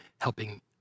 helping